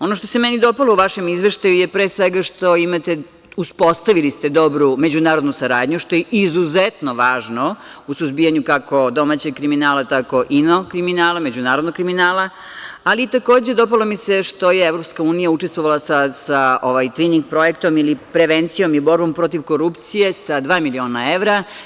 Ono što se meni dopalo u vašem izveštaju jeste pre svega što imate, odnosno uspostavili ste dobru međunarodnu saradnju što je izuzetno važno u suzbijanju kako domaćeg kriminala tako i međunarodnog kriminala ali takođe mi se dopalo što je EU učestvovala sa tvining projektom ili prevencijom i borbom protiv korupcije sa dva miliona evra.